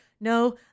No